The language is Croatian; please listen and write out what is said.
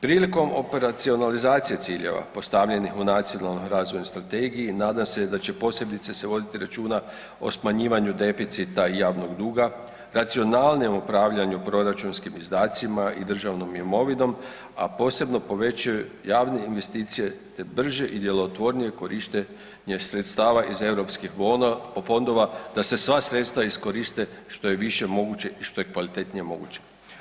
Prilikom operacionalizacije ciljeva postavljeni u Nacionalnoj razvojnoj strategiji, nadam se da će se posebice vodit računa o smanjivanju deficita javnog duga, racionalnije upravljanju proračunskim izdacima i državnom imovinom a posebno povećati javne investicije te brže i djelotvornije korištenje sredstava iz europskih fondova da se sva sredstva iskoriste što je više moguće i što je kvalitetnije moguće.